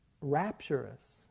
rapturous